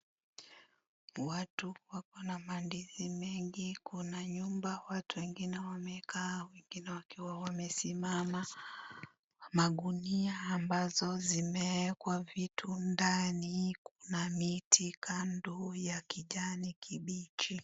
Watu wakonna mandizi mengi, kuna watu wengine wamekaa wengine wakiwa wamesimama, na magunia ambazo zimeekwa vitu ndani kuna kuna miti Kando ya kijani kibichi.